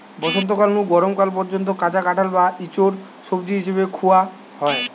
বসন্তকাল নু গরম কাল পর্যন্ত কাঁচা কাঁঠাল বা ইচোড় সবজি হিসাবে খুয়া হয়